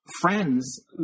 friends